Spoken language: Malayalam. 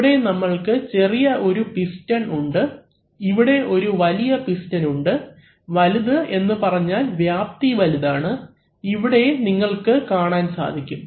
ഇവിടെ നമ്മൾക്ക് ചെറിയ ഒരു പിസ്റ്റൺ ഉണ്ട് ഇവിടെ ഒരു വലിയ പിസ്റ്റൺ ഉണ്ട് വലുത് എന്ന് പറഞ്ഞാൽ വ്യാപ്തി വലുതാണ് ഇവിടെ നിങ്ങൾക്ക് കാണാൻ സാധിക്കും